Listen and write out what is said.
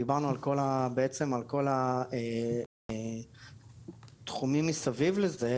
דיברנו בעצם על כל התחומים מסביב לזה,